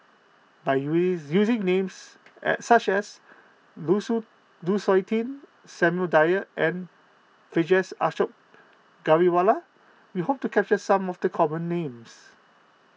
by using names such as Lu Su Lu Suitin Samuel Dyer and Vijesh Ashok Ghariwala we hope to capture some of the common names